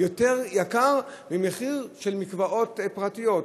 יותר יקר ממחיר של מקוואות פרטיים.